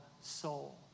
soul